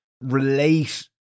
relate